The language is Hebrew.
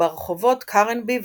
וברחובות קרנבי וקינג.